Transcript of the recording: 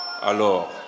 Alors